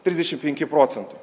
trisdešim penki procento